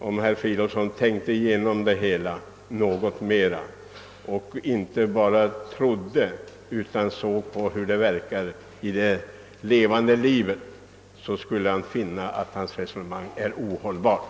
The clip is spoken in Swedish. Om herr Fridolfsson tänkte igenom det hela och inte bara trodde utan toge reda på hur det förhåller sig i det levande livet, så skulle han finna att hans resonemang är ohållbart.